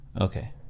Okay